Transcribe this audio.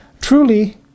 Truly